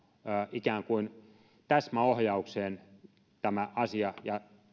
ikään kuin täsmäohjaukseen tämä asia ja